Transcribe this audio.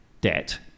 debt